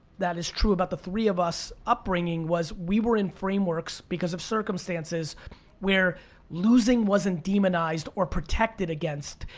that is true about the three of us upbringing was we were in frameworks because of circumstances where losing wasn't demonized or protected against.